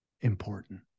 Important